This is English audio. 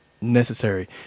necessary